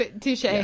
Touche